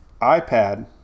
iPad